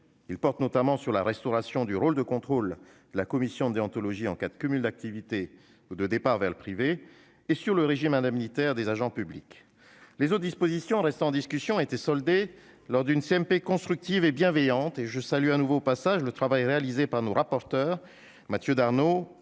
ils portent notamment sur la restauration du rôle de contrôle de la commission de déontologie en cas de cumul d'activités ou de départ vers le privé et sur le régime indemnitaire des agents publics. Les autres dispositions restant en discussion ont été soldées lors d'une commission mixte paritaire constructive et bienveillante. Je salue le travail réalisé par ses rapporteurs, Mathieu Darnaud